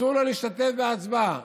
אסור לו להשתתף בהצבעה.